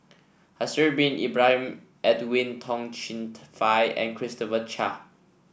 Haslir Bin Ibrahim Edwin Tong Chun Fai and Christopher Chia